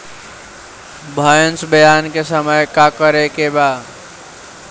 भैंस ब्यान के समय का करेके बा?